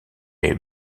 est